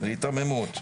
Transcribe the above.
היתממות.